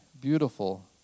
beautiful